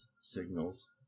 signals